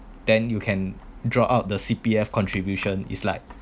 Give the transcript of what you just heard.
then you can draw out the C_P_F contribution is like